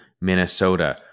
Minnesota